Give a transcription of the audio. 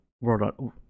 world